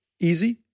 Easy